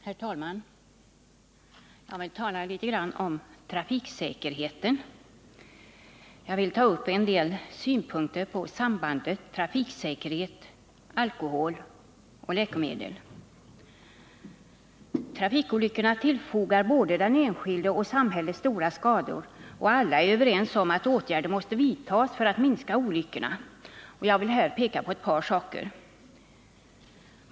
Herr talman! Jag vill tala litet grand om trafiksäkerheten. Jag vill anföra en del synpunkter på sambandet mellan trafiksäkerhet, alkohol och läkemedel. Trafikolyckorna tillfogar både den enskilde och samhället stora skador, och alla är överens om att åtgärder måste vidtas för att minska olyckorna. Jag vill peka på ett par saker.